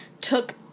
took